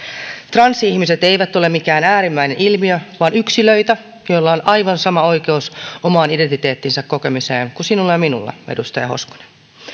transihmiset eivät ole mikään äärimmäinen ilmiö vaan yksilöitä joilla on aivan sama oikeus oman identiteettinsä kokemiseen kuin sinulla ja minulla edustaja hoskonen